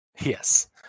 Yes